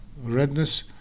Redness